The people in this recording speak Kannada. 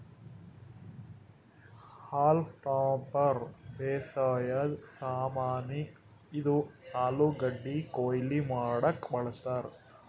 ಹಾಲ್ಮ್ ಟಾಪರ್ ಬೇಸಾಯದ್ ಸಾಮಾನಿ, ಇದು ಆಲೂಗಡ್ಡಿ ಕೊಯ್ಲಿ ಮಾಡಕ್ಕ್ ಬಳಸ್ತಾರ್